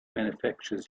manufacturers